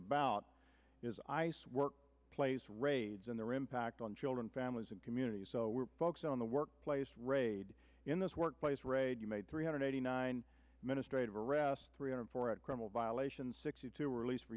about is ice work place raids and their impact on children families and communities so we're focused on the workplace raid in this workplace raid you made three hundred eighty nine ministre to arrest three hundred for a criminal violation sixty two were released for